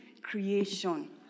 creation